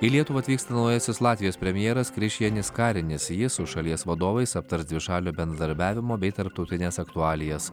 į lietuvą atvyksta naujasis latvijos premjeras krišjanis karinis jis su šalies vadovais aptars dvišalio bendradarbiavimo bei tarptautines aktualijas